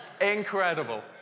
Incredible